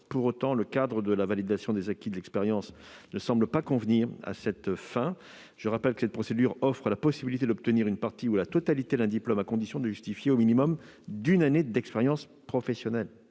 Pour autant, le cadre de la validation des acquis de l'expérience ne semble pas convenir à cette fin. Je rappelle que cette procédure offre la possibilité d'obtenir une partie ou la totalité d'un diplôme à condition de justifier au minimum d'une année d'expérience professionnelle